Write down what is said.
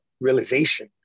realization